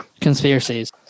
conspiracies